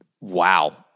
Wow